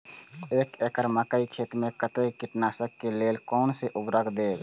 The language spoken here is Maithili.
एक एकड़ मकई खेत में कते कीटनाशक के लेल कोन से उर्वरक देव?